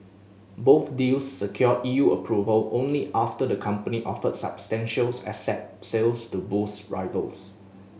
both deals secured E U approval only after the company offered substantial asset sales to boost rivals